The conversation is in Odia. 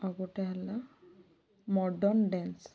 ଆଉ ଗୋଟେ ହେଲା ମଡ଼ର୍ଣ୍ଣ ଡ୍ୟାନ୍ସ